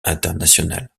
internationales